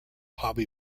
hobby